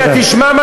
אתה מדבר שטויות.